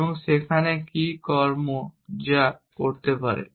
এবং সেখানে কি কর্ম যা করতে পারে